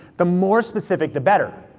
the more specific the better.